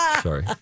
Sorry